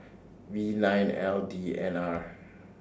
V nine L D N R